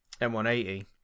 M180